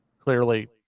clearly